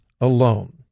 alone